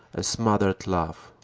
a smothered laugh.